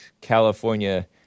California